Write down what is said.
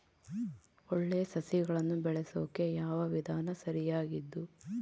ಒಳ್ಳೆ ಸಸಿಗಳನ್ನು ಬೆಳೆಸೊಕೆ ಯಾವ ವಿಧಾನ ಸರಿಯಾಗಿದ್ದು?